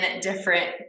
different